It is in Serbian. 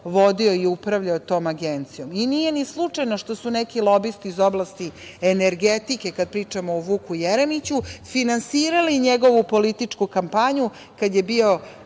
vodio i upravljao tom agencijom. Nije ni slučajno što su neki lobisti iz oblasti energetike, kada pričamo o Vuku Jeremiću, finansirali njegovu političku kampanju kad je bio,